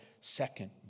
second